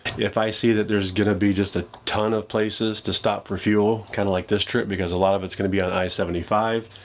if i see that there's gonna be just a ton of places to stop for fuel, kind of like this trip, because a lot of it's gonna be on i seventy five,